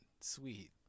Sweet